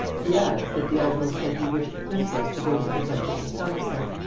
he adds, that the admiral said he wished the princess to go to the duchess of somerset,